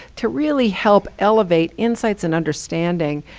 to really help elevate insights and understanding,